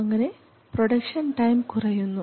അങ്ങനെ production time കുറയുന്നു